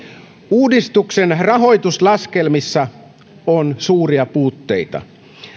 uudistuksen rahoituslaskelmissa on suuria puutteita